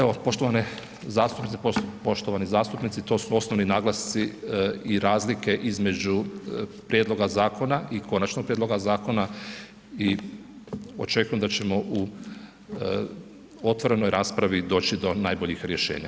Evo, poštovane zastupnici, poštovani zastupnici, to su osnovni naglasci i razlike između prijedloga zakona i konačnog prijedloga zakona i očekujem da ćemo u otvorenoj raspravi doći do najboljih rješenja.